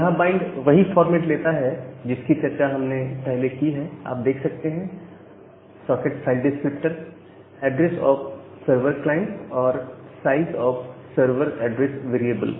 यहां बाइंड वही फॉर्मेट लेता है जिसकी चर्चा हमने पहले की है आप देख सकते हैं socket file descriptor address of server client और size of server address variable